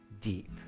deep